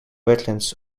wetlands